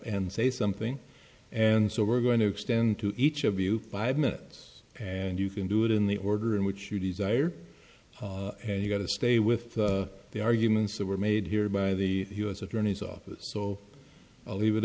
and say something and so we're going to extend to each of you five minutes and you can do it in the order in which you desire and you got to stay with the arguments that were made here by the u s attorney's office so i'll leave it